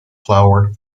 flowered